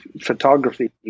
photography